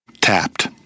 Tapped